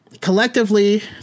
collectively